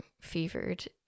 fevered